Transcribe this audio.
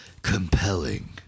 Compelling